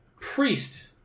priest